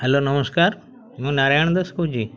hello ନମସ୍କାର ମୁଁ ନାରାୟଣ ଦାସ କହୁଛି